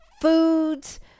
foods